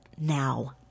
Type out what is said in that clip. now